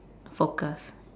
focus